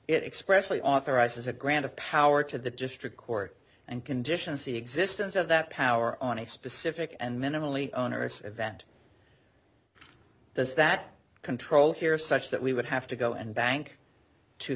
it expressly authorizes a grant of power to the district court and conditions the existence of that power on a specific and minimally owners event does that control here such that we would have to go and bank to